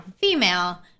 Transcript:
female